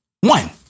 One